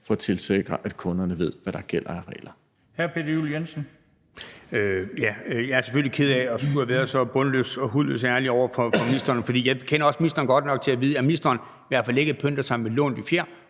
formand (Bent Bøgsted): Hr. Peter Juel-Jensen. Kl. 16:03 Peter Juel-Jensen (V): Jeg er selvfølgelig ked af at skulle være så bundløst og hudløst ærlig over for ministeren, for jeg kender også ministeren godt nok til at vide, at ministeren i hvert fald ikke pynter sig med lånte fjer,